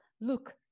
Look